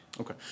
Okay